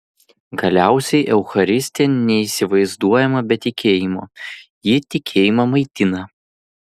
galiausiai eucharistija neįsivaizduojama be tikėjimo ji tikėjimą maitina